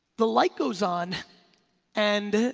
the light goes on and